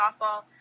softball